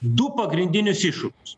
du pagrindinius iššūkius